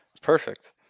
Perfect